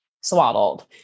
swaddled